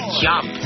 jump